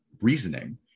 reasoning